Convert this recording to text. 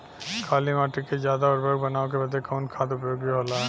काली माटी के ज्यादा उर्वरक बनावे के बदे कवन खाद उपयोगी होला?